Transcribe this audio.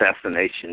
assassination